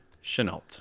Chenault